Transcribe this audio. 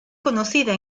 conocida